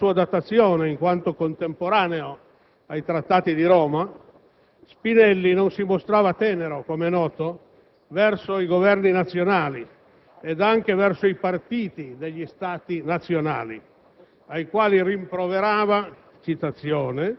In quel manifesto, significativo per la sua datazione in quanto contemporaneo ai Trattati di Roma, Spinelli non si mostrava tenero, com'è noto, verso i Governi nazionali e neanche verso i partiti degli Stati nazionali,